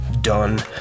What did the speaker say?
done